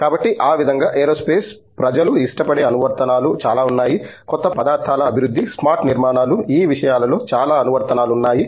కాబట్టి ఆ విధంగా ఏరోస్పేస్ ప్రజలు ఇష్టపడే అనువర్తనాలు చాలా ఉన్నాయి కొత్త పదార్థాల అభివృద్ధి స్మార్ట్ నిర్మాణాలు ఈ విషయాలలో చాలా అనువర్తనాలు ఉన్నాయి